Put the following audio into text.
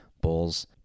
Bulls